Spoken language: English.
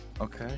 Okay